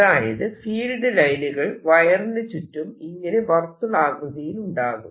അതായത് ഫീൽഡ് ലൈനുകൾ വയറിനു ചുറ്റും ഇങ്ങനെ വാർത്തുളാകൃതിയിലുണ്ടാകും